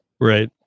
right